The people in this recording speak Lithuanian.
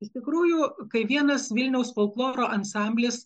iš tikrųjų kai vienas vilniaus folkloro ansamblis